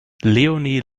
leonie